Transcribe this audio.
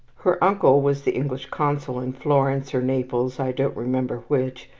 her uncle was the english consul in florence or naples, i don't remember which,